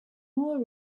more